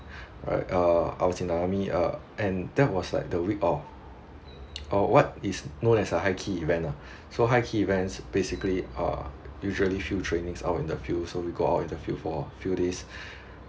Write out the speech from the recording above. right uh I was in the army uh and that was like the week of of what is known as a high key event lah so high key events basically are usually field trainings out in the field so we go out in the field for a few days